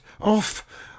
off